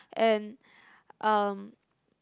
and um